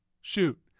Shoot